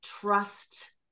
trust